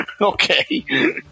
Okay